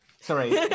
sorry